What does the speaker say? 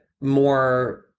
more